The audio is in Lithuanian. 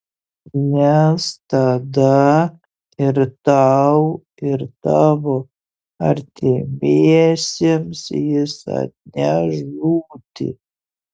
nes tada ir tau ir tavo artimiesiems jis atneš žūtį